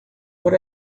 por